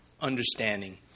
understanding